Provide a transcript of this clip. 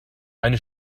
eine